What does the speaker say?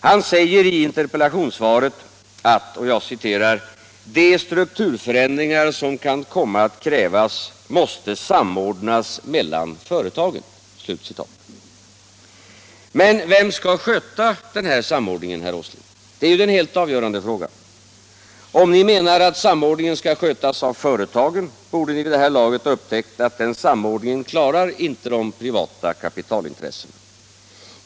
Han säger i interpellationssvaret att ”de strukturförändringar som kan komma att krävas måste samordnas mellan företagen”. Men vem skall sköta denna samordning, herr Åsling? Det är ju den helt avgörande frågan. Om ni menar att samordningen skall skötas av företagen, borde ni vid det här laget ha upptäckt att den samordningen klarar inte de privata kapitalintressena.